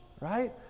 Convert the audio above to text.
right